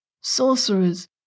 sorcerers